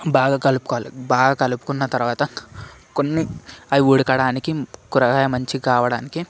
బాగా కలుపుకోవాలి బాగా కలుపుకున్న తర్వాత కొన్ని అవి ఉడకడానికి కూరగాయ మంచిగ కావడానికి